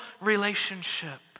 relationship